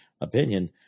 opinion